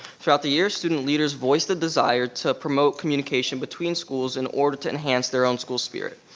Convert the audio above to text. throughout the year, student leaders voiced a desire to promote communication between schools in order to enhance their own school spirit.